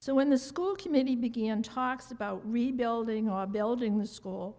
so when the school committee began talks about rebuilding or building the school